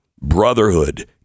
Brotherhood